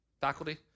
faculty